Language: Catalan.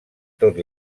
tot